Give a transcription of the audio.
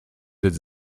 êtes